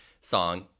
song